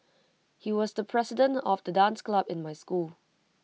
he was the president of the dance club in my school